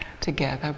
together